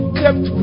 kept